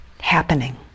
happening